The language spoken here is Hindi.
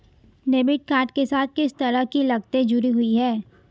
डेबिट कार्ड के साथ किस तरह की लागतें जुड़ी हुई हैं?